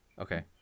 Okay